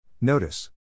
Notice